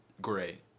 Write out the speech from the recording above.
great